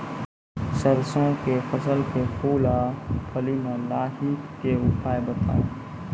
सरसों के फसल के फूल आ फली मे लाहीक के उपाय बताऊ?